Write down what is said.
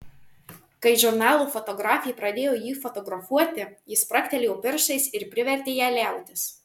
kai žurnalo fotografė pradėjo jį fotografuoti jis spragtelėjo pirštais ir privertė ją liautis